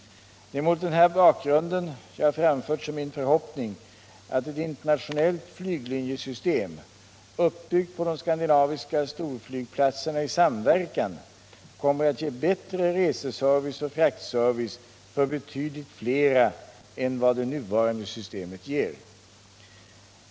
Det är mot den här bakgrunden jag framfört som min förhoppning att ett internationellt flyglinjesystem, uppbyggt på de skandinaviska storflygplatserna i samverkan, kommer att ge bättre reseservice och fraktservice för betydligt flera än vad det nuvarande systemet ger.